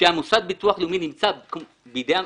כשהמוסד לביטוח לאומי נתמך על ידי המדינה,